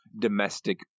domestic